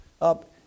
up